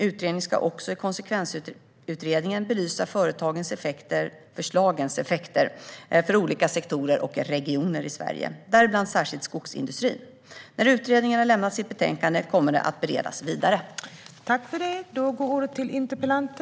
Utredningen ska också i konsekvensutredningen belysa förslagens effekter för olika sektorer och regioner i Sverige, däribland särskilt skogsindustrin. När utredningen har lämnat sitt betänkande kommer det att beredas vidare.